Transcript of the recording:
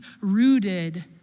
rooted